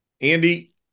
Andy